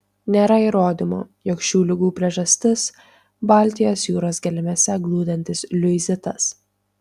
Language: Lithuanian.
nėra įrodymų jog šių ligų priežastis baltijos jūros gelmėse glūdintis liuizitas